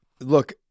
Look